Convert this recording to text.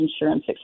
insurance